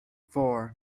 four